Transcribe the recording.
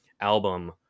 album